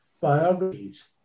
biographies